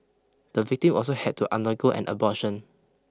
the victim also had to undergo an abortion